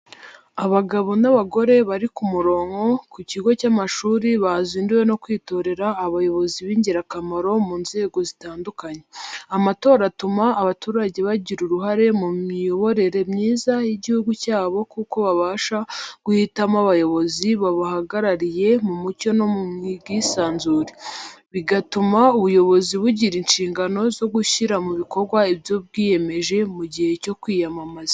Abagabo n'abagore bari ku murongo ku kigo cy'amashuri bazinduwe no kwitorera abayozi b'ingirakamaro mu nzego zitandukanye. Amatora atuma abaturage bagira uruhare mu miyoborere myiza y’igihugu cyabo kuko babasha guhitamo abayobozi babahagarariye mu mucyo no mu bwisanzure, bigatuma ubuyobozi bugira inshingano zo gushyira mu bikorwa ibyo bwiyemeje mu gihe cyo kwiyamamaza.